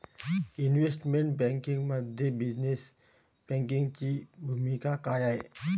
Investment बँकिंगमध्ये business बँकिंगची भूमिका काय आहे?